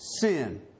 sin